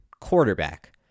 quarterback